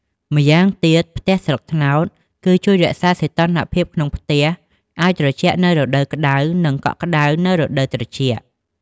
ម្យ៉ាងទៀត ផ្ទះស្លឹកត្នោត គឺជួយរក្សាសីតុណ្ហភាពក្នុងផ្ទះឲ្យត្រជាក់នៅរដូវក្តៅ និងកក់ក្តៅនៅរដូវត្រជាក់។